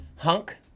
Hunk